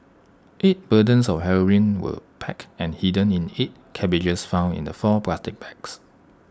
eight bundles of heroin were packed and hidden in eight cabbages found in the four plastic bags